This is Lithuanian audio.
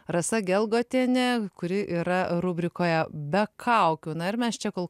rasa gelgotienė kuri yra rubrikoje be kaukių na ir mes čia kol